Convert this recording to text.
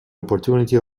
opportunity